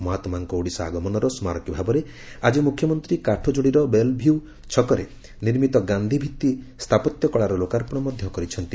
ମହାତ୍ନାଙ୍କ ଓଡ଼ିଶା ଆଗମନର ସ୍କାରକୀ ଭାବରେ ଆକି ମୁଖ୍ୟମନ୍ତୀ କାଠଯୋଡୀର ବେଲ୍ ଭ୍ୟୁ ଛକରେ ନିର୍ମିତ ଗାନ୍ଧିଭିଭି ସ୍ତ୍ରାପତ୍ୟକଳାର ଲୋକାର୍ପଣ ମଧ୍ଧ କରିଛନ୍ତି